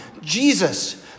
Jesus